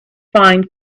find